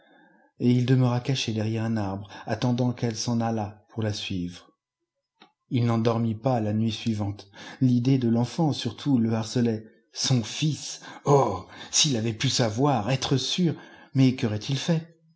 et h demeura caché derrière un arbre attendant qu'elle s'en allât pour la suivre ii n'en dormit pas la nuit suivante l'idée de l'enfant surtout le harcelait son fils oh s'd avait pu savoir être sûr mais qu'aurait-il fait